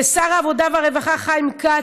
ולשר העבודה והרווחה חיים כץ,